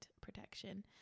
protection